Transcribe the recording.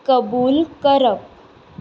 कबूल करप